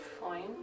fine